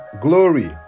glory